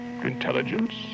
Intelligence